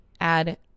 add